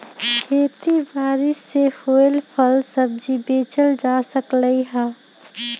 खेती बारी से होएल फल सब्जी बेचल जा सकलई ह